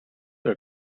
are